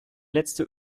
letzte